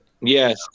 Yes